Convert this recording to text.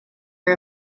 for